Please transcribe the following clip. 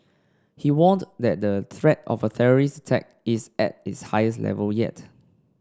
he warned that the threat of a terrorist tack is at its highest level yet